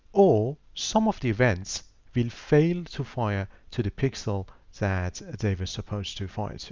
or some of the events will fail to fire to the pixel that they were supposed to fight.